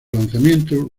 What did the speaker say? lanzamiento